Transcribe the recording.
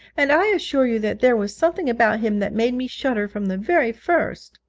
and i assure you that there was something about him that made me shudder from the very first!